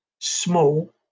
small